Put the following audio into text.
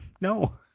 no